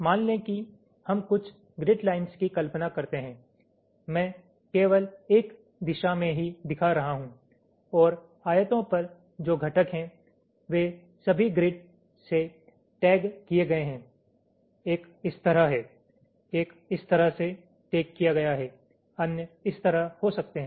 मान लें कि हम कुछ ग्रिड लाइन्स की कल्पना करते हैं मैं केवल एक दिशा में ही दिखा रहा हूं और आयतों पर जो घटक हैं वे सभी ग्रिड से टैग किए गए हैं एक इस तरह है एक इस तरह से टैग किया गया है अन्य इस तरह हो सकते है